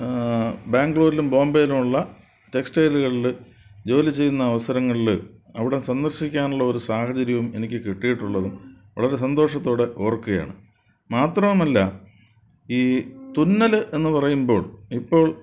ബാംഗ്ലൂരിലും ബോംബെയിലും ഉള്ള ടെക്സ്റ്റൈലുകളിൽ ജോലി ചെയ്യുന്ന അവസരങ്ങളിൽ അവിടെ സന്ദർശിക്കാനുള്ള ഒരു സാഹചര്യവും എനിക്കു കിട്ടിയിട്ടുള്ളതും വളരെ സന്തോഷത്തോടെ ഓർക്കയാണ് മാത്രവുമല്ല ഈ തുന്നൽ എന്നു പറയുമ്പോൾ ഇപ്പോൾ